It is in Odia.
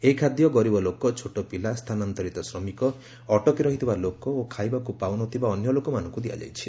ଏହି ଖାଦ୍ୟ ଗରିବ ଲୋକ ଛୋଟ ପିଲା ସ୍ଥାନାନ୍ତରିତ ଶ୍ରମିକ ଅଟକି ରହିଥିବା ଲୋକ ଓ ଖାଇବାକୁ ପାଉନଥିବା ଅନ୍ୟ ଲୋକମାନଙ୍କୁ ଦିଆଯାଇଛି